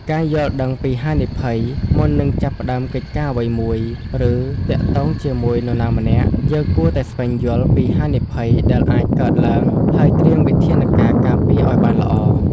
ការយល់ដឹងពីហានិភ័យ មុននឹងចាប់ផ្ដើមកិច្ចការអ្វីមួយ ឬទាក់ទងជាមួយនរណាម្នាក់ យើងគួរតែស្វែងយល់ពីហានិភ័យដែលអាចកើតឡើងហើយត្រៀមវិធានការការពារឱ្យបានល្អ។